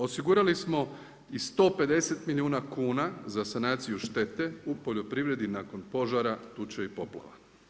Osigurali smo i 150 milijuna kuna za sanaciju štete u poljoprivredi nakon požara, tuče i poplava.